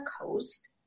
coast